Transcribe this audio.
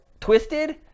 twisted